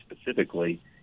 specifically